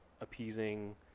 appeasing